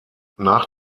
nach